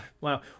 wow